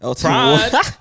Pride